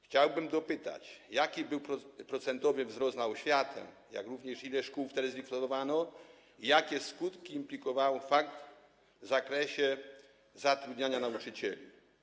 Chciałbym dopytać, jaki był procentowy wzrost środków na oświatę, jak również ile szkół wtedy zlikwidowano i jakie skutki implikował fakt w zakresie zatrudniania nauczycieli.